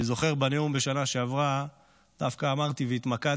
אני זוכר בנאום בשנה שעברה שדווקא אמרתי, התמקדתי